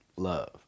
Love